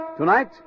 Tonight